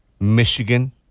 Michigan